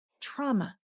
trauma